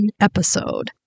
episode